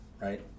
right